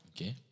Okay